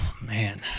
man